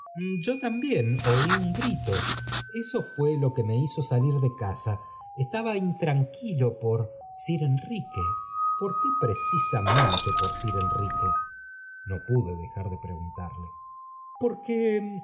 yo también oí un grito eso fuá lo que me hizó salir de casa estaba intranquilo por sir enrique por qué precisamente por sir enrique no pude dejar de preguntarle porque yo